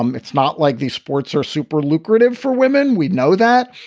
um it's not like these sports are super lucrative for women. we know that.